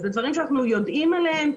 אלה דברים שאנחנו יודעים עליהם,